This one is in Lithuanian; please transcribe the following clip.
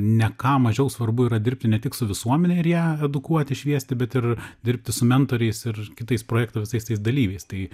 ne ką mažiau svarbu yra dirbti ne tik su visuomene ir ją edukuoti šviesti bet ir dirbti su mentoriais ir kitais projekto visais tais dalyviais tai